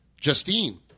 Justine